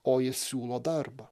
o jis siūlo darbą